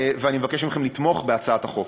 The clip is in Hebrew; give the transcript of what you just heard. ואני מבקש מכם לתמוך בהצעת החוק.